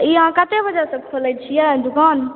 ई अहाँ कते बजय सॅं खोलै छियै दुकान